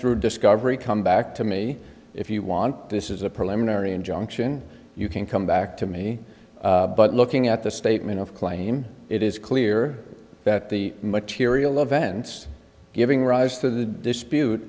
through discovery come back to me if you want this is a preliminary injunction you can come back to me but looking at the statement of claim it is clear that the material events giving rise to the dispute